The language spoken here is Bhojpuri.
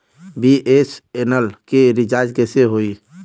बी.एस.एन.एल के रिचार्ज कैसे होयी?